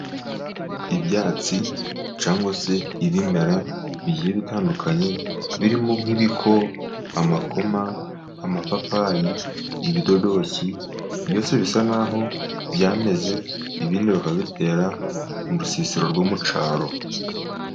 Ibyatsi cyangwa se ibimera bigiye bitandukanye, birimo nk'ibiko, amakoma, amapapayi, ibidodoki, byose bisa n'aho byameze, ibindi bakabitera mu rusisiro rwo mu cyaro.